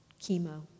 chemo